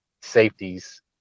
safeties